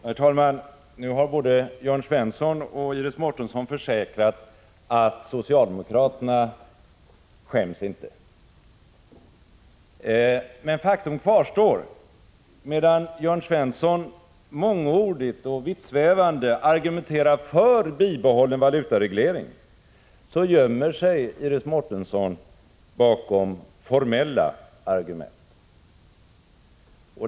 Herr talman! Nu har både Jörn Svensson och Iris Mårtensson försäkrat att socialdemokraterna inte skäms. Men faktum kvarstår: medan Jörn Svensson mångordigt och vittsvävande argumenterar för en bibehållen valutareglering, gömmer sig Iris Mårtensson bakom formella argument.